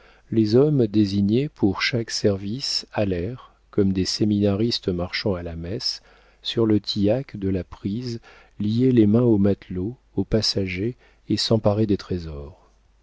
les hommes désignés pour chaque service allèrent comme des séminaristes marchant à la messe sur le tillac de la prise lier les mains aux matelots aux passagers et s'emparer des trésors